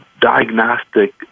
diagnostic